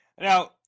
Now